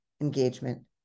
engagement